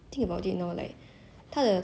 like 她不会再敏感了 anymore but then